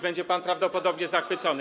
Będzie pan prawdopodobnie zachwycony.